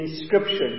inscription